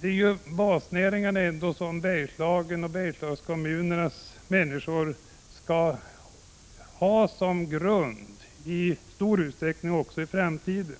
Det ndå basnäringarna som Bergslagskommunernas människor i stor utsträckning skall ha som grund också i framtiden.